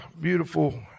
beautiful